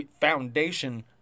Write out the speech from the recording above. foundation